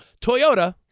Toyota